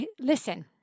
Listen